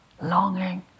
longing